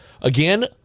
Again